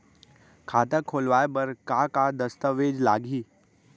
खाता खोलवाय बर का का दस्तावेज लागही?